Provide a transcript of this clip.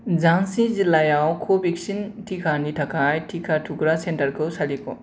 झान्सि जिल्लायाव कवेक्सिन टिकानि थाखाय टिका थुग्रा सेन्टारखौ सालिख'